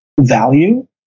value